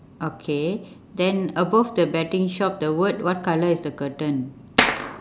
okay then above the betting shop the word what colour is the curtain